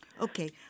Okay